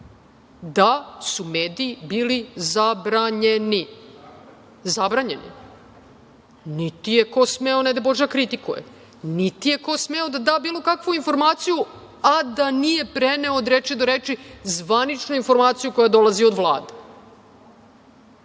da su mediji bili zabranjeni. Niti je ko smeo, ne daj bože, da kritikuje, niti je ko smeo da da bilo kakvu informaciju, a da nije preneo od reči do reči zvaničnu informaciju koja dolazi od